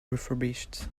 refurbished